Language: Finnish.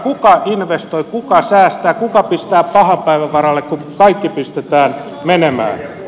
kuka investoi kuka säästää kuka pistää pahan päivän varalle kun kaikki pistetään menemään